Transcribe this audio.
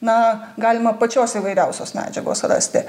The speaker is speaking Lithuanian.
na galima pačios įvairiausios medžiagos rasti